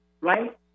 right